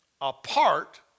apart